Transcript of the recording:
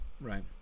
right